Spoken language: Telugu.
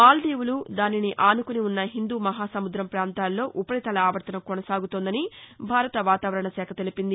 మాల్గీవులు దానిని అనుకుని ఉన్న హిందూ మహాసముదం పాంతాల్లో ఉపరితల ఆవర్తనం కొనసాగుతోందని భారత వాతావరణ శాఖ తెలిపింది